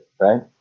right